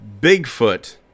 Bigfoot